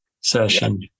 session